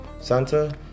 santa